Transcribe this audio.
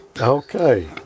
Okay